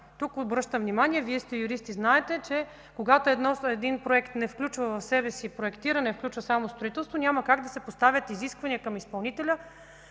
Тук обръщам внимание – Вие сте юрист и знаете, че когато един проект не включва в себе си проектиране, а включва само строителство, няма как да се поставят изисквания към изпълнителя